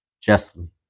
Justly